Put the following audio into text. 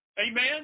Amen